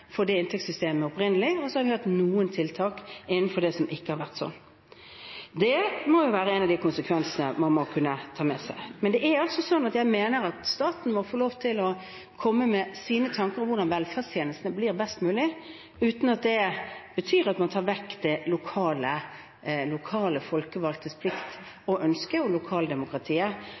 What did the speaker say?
som ikke har vært sånn. Dette må være en av de konsekvensene man må kunne ta med seg. Men jeg mener altså at staten må få lov til å komme med sine tanker om hvordan velferdstjenestene blir best mulig, uten at det betyr at man tar vekk de lokale folkevalgtes plikt og ønsker og lokaldemokratiet.